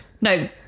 No